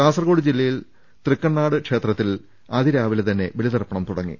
കാസർകോട് ജില്ലയിൽ തൃക്കണ്ണാട് ക്ഷേത്രത്തിൽ അതി രാവിലെ തന്നെ ബലിതർപ്പണം തുടങ്ങി